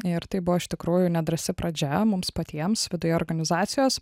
ir tai buvo iš tikrųjų nedrąsi pradžia mums patiems viduje organizacijos